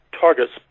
targets